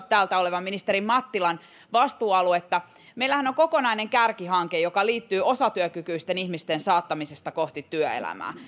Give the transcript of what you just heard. täältä poissa olevan ministeri mattilan vastuualuetta meillähän on kokonainen kärkihanke joka liittyy osatyökykyisten ihmisten saattamiseen kohti työelämää